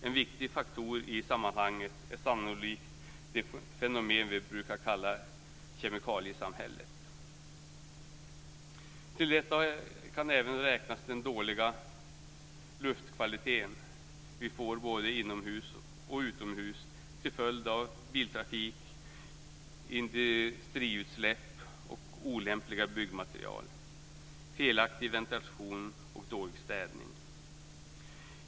En viktig faktor i sammanhanget är sannolikt det fenomen vi brukar kalla kemikaliesamhället. Till detta kan även räknas den dåliga luftkvalitet vi får både inomhus och utomhus till följd av biltrafik, industriutsläpp, olämpliga byggmaterial, felaktig ventilation och dålig städning.